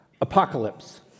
Apocalypse